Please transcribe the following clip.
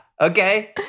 Okay